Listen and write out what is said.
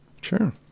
Sure